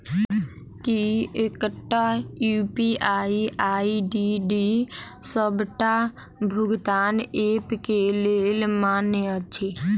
की एकटा UPI ID D सबटा भुगतान ऐप केँ लेल मान्य अछि?